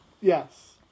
Yes